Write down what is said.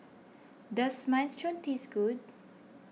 does Minestrone taste good